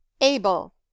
ABLE